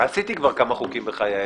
עשיתי כבר כמה חוקים בחיי,